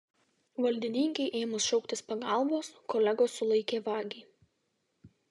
valdininkei ėmus šauktis pagalbos kolegos sulaikė vagį